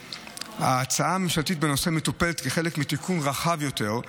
ההצעה הממשלתית בנושא מטופלת כחלק מתיקון רחב יותר,